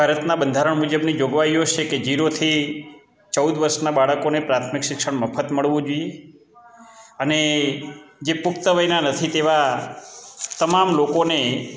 ભારતનાં બંધારણ મુજબની જોગવાઈઓ છે કે ઝીરોથી ચૌદ વર્ષના બાળકોને પ્રાથમિક શિક્ષણ મફત મળવું જોઈએ અને જે પુખ્તવયનાં નથી તેવા તમામ લોકોને